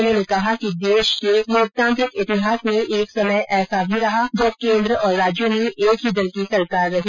उन्होंने कहा कि देश के लोकतांत्रिक इतिहास में एक समय ऐसा भी रहा जब केंद्र और राज्यों में एक ही दल की सरकार रही